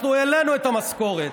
אנחנו העלינו את המשכורת.